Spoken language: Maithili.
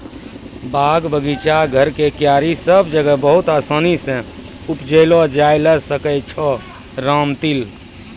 बाग, बगीचा, घर के क्यारी सब जगह बहुत आसानी सॅ उपजैलो जाय ल सकै छो रामतिल